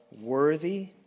worthy